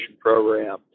Program